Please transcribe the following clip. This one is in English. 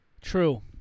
True